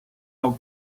how